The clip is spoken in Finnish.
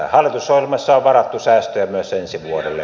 hallitusohjelmassa on varattu säästöjä myös ensi vuodelle